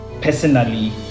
personally